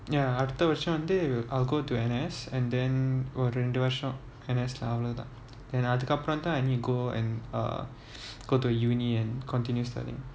ya அடுத்த வருஷம் வந்து:adutha varusam vanthu I'll go to N_S and then ஒரு ரெண்டு வருஷம்:oru rendu varusam N_S ல அவ்ளோ தான்:la avlo thaan then அதுக்கு அப்புறம் தான்:athuku appuram thaan I need to go and err go to uni and continue studying